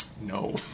no